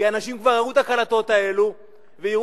כי אנשים כבר ראו את הקלטות האלה ויראו